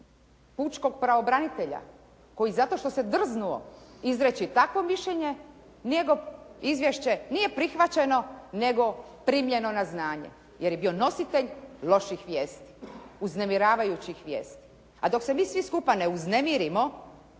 pučkog pravobranitelja koji zato što se drznuo izreći takvo mišljenje, njegovo izvješće nije prihvaćeno nego primljeno na znanje jer je bio nositelj loših vijesti, uznemiravajućih vijesti. A dok se mi svi skupa ne uznemirimo,